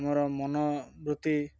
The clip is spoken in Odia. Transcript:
ଆମର ମନବୃତ୍ତି